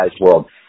world